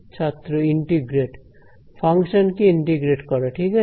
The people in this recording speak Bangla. ছাত্র ইন্টিগ্রেট ফাংশন কে ইন্টিগ্রেট করা ঠিক আছে